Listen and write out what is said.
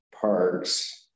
parks